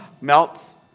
melts